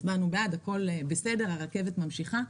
הצבענו בעד הכול בסדר, הרכבת ממשיכה.